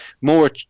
more